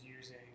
using